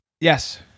Yes